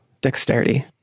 Dexterity